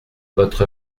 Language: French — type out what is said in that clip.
votre